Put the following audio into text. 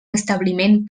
establiment